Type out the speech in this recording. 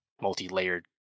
multi-layered